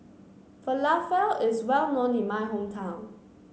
Falafel is well known in my hometown